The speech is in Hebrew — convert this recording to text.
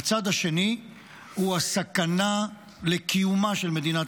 והצד השני הוא הסכנה לקיומה של מדינת